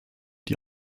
die